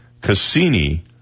Cassini